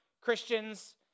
Christian's